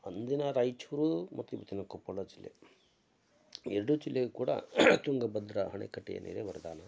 ಅಂದಿನ ರಾಯಚೂರು ಮತ್ತು ಇವತ್ತಿನ ಕೊಪ್ಪಳ ಜಿಲ್ಲೆ ಎರಡು ಜಿಲ್ಲೆಗೂ ಕೂಡ ತುಂಗಭದ್ರಾ ಆಣೆಕಟ್ಟೇನಿದೆ ವರದಾನ